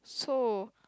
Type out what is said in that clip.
so